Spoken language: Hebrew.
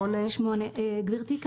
8. גבירתי,